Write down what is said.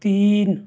تین